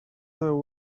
their